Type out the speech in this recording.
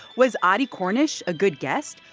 was audie cornish a good guest?